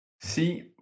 See